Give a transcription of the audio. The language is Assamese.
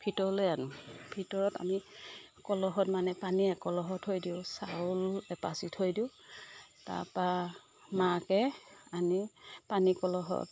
ভিতৰলৈ আনোঁ ভিতৰত আমি কলহত মানে পানী একলহ থৈ দিওঁ চাউল এপাচি থৈ দিওঁ তাৰ পৰা মাকে আনি পানী কলহত